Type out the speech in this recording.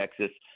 Texas